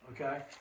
okay